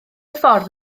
ffordd